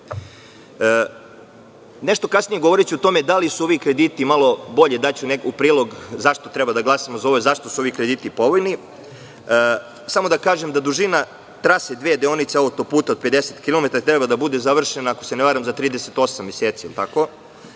kasnije govoriću o tome da li su ovi krediti malo bolji, daću u prilog zašto treba da glasamo za ovo i zašto su ovi krediti povoljni. Samo da kažem da dužina trase dve deonice autoputa od 50 kilometara treba da bude završena, ako se ne varam, za 38 meseci, je li tako?